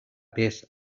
peça